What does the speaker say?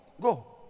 Go